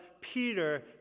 Peter